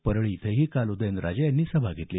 परळी इथंही उदयनराजे यांनी सभा घेतली